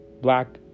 black